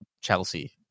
Chelsea